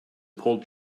pulled